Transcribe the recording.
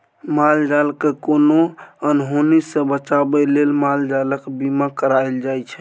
माल जालकेँ कोनो अनहोनी सँ बचाबै लेल माल जालक बीमा कराएल जाइ छै